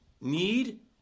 Need